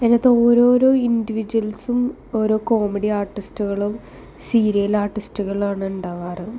അതിനകത്ത് ഓരോരോ ഇൻറ്റിവിജ്വൽസും ഓരോ കോമഡി ആർട്ടിസ്റ്റുകളും സീരിയല് ആർട്ടിസ്റ്റുകളാണുണ്ടാവാറ്